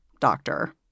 doctor